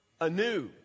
anew